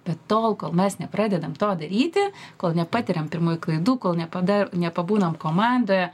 bet tol kol mes nepradedam to daryti kol nepatiriam pirmųjų klaidų kol nepada nepabūnam komandoje